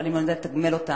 אם לא נדע לתגמל אותם,